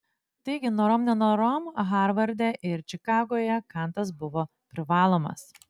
taigi norom nenorom harvarde ir čikagoje kantas buvo privalomas